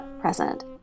present